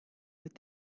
with